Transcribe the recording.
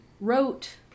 wrote